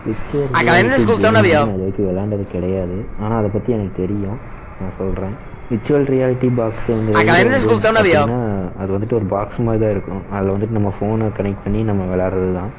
virtual reality game வந்து நான் இது வரைக்கும் விளையாண்டது கிடையாது ஆனால் அதை பற்றி எனக்கு தெரியும் நான் சொல்கிறேன் விர்ச்சுவல் ரியாலிட்டி பாக்ஸுங்கிறது வந்து பார்த்திங்கனா அது வந்துவிட்டு ஒரு பாக்ஸ் மாதிரி தான் இருக்கும் அதில் வந்துவிட்டு நம்ம ஃபோனை கனெக்ட் பண்ணி நம்ம விளாட்றது தான்